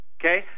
okay